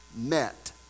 met